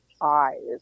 eyes